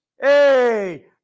hey